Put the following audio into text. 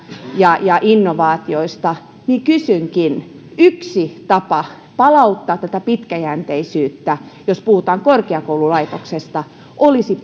ja ja innovaatioista ja kysynkin yksi tapa palauttaa tätä pitkäjänteisyyttä jos puhutaan korkeakoululaitoksesta olisi